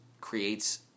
creates